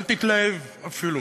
אל תתלהב אפילו,